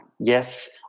Yes